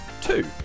two